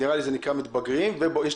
פעוטות ומתבגרים.